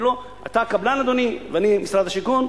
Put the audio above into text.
אתה קבלן, אדוני, ואני משרד השיכון.